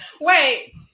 Wait